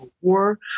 War